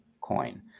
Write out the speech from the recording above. coin